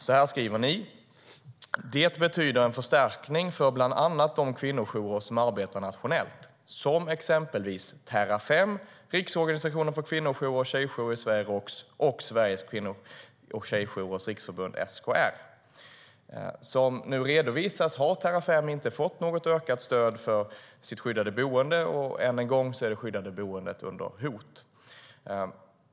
Så här skriver ni: "Det betyder en förstärkning för bland annat de kvinnojourer som arbetar nationellt, som exempelvis Terrafem, Riksorganisationen för kvinnojourer och tjejjourer i Sverige, Roks, och Sveriges kvinno och tjejjourers Riksförbund, SKR." Som nu redovisas har Terrafem inte fått något ökat stöd för sitt skyddade boende, och än en gång är det skyddade boendet under hot.